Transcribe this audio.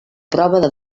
prova